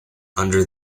under